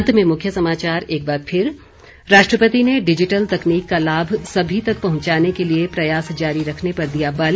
अंत में मुख्य समाचार एक बार फिर राष्ट्रपति ने डिजिटल तकनीक का लाभ सभी तक पहुंचाने के लिए प्रयास जारी रखने पर दिया बल